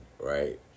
right